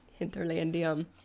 hinterlandium